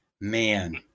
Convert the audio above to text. Man